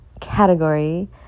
category